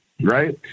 Right